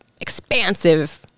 expansive